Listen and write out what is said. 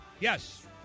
Yes